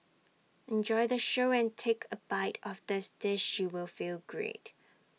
enjoy the show and take A bite of this dish you will feel great